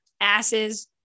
asses